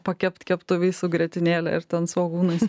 pakepti keptuvėj su grietinėle ir ten svogūnais